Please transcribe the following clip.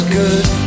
good